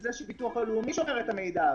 זה שביטוח הלאומי שומר את המידע הזה.